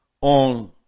on